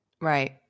Right